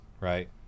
right